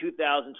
2020